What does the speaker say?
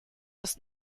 ist